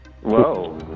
Whoa